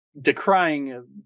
decrying